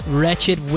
wretched